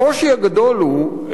הקושי הגדול הוא,